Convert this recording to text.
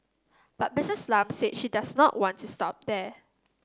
but Missus Lam said she does not want to stop there